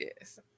yes